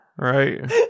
right